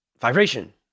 Vibration